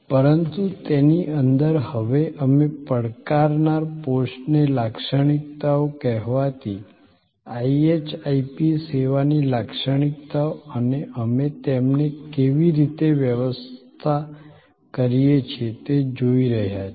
પરંતુ તેની અંદર હવે અમે પડકારનાર પોસ્ટને લાક્ષણિકતાઓ કહેવાતી IHIP સેવાની લાક્ષણિકતાઓ અને અમે તેમને કેવી રીતે વ્યવસ્થા કરીએ છીએ તે જોઈ રહ્યા છીએ